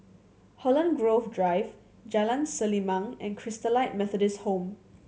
Holland Grove Drive Jalan Selimang and Christalite Methodist Home